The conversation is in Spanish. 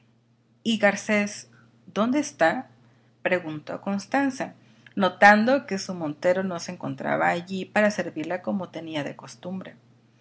garcés dónde está preguntó constanza notando que su montero no se encontraba allí para servirla como tenía de costumbre